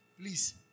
Please